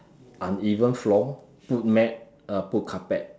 uneven floor put mat put carpet